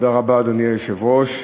אדוני היושב-ראש,